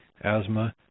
asthma